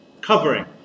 Covering